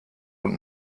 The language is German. und